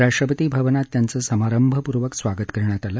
राष्ट्रपती भवनात त्यांचं समारंभपूर्वक स्वागत करण्यात आलं